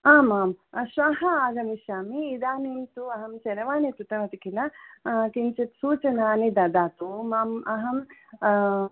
आम् आं श्वः आगमिष्यामि इदानीं तु अहं चलवानी कृतवती किल किञ्चित् सूचनानि ददातु माम् अहम्